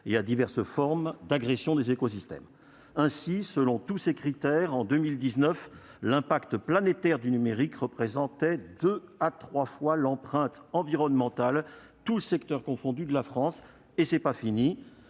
et à diverses formes d'agressions des écosystèmes. Selon tous ces critères, en 2019, l'impact planétaire du numérique représentait deux à trois fois l'empreinte environnementale tous secteurs confondus de la France, et ce n'est pas fini